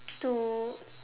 to